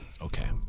Okay